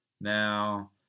Now